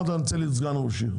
רציתי סגן ראש עיר.